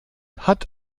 hat